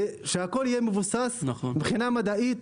שהכול יהיה מבוסס מבחינה מדעית.